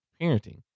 parenting